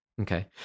Okay